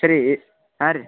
ಸರಿ ಹಾಂ ರೀ